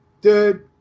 dude